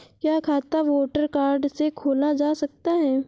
क्या खाता voter card से खोला जा सकता है?